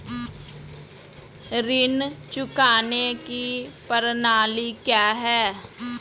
ऋण चुकाने की प्रणाली क्या है?